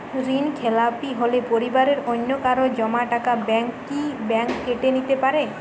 ঋণখেলাপি হলে পরিবারের অন্যকারো জমা টাকা ব্যাঙ্ক কি ব্যাঙ্ক কেটে নিতে পারে?